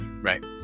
Right